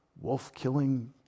wolf-killing